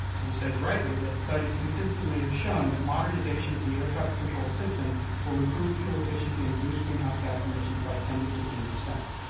who says rightly that studies consistently have shown that modernization of the air traffic control system will improve fuel efficiency and reduce greenhouse gas emission by ten to fifteen percent.